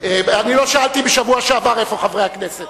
אני לא שאלתי בשבוע שעבר איפה חברי הכנסת.